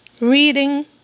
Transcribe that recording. reading